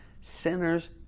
sinners